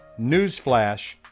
Newsflash